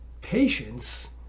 patience